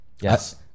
Yes